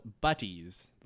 butties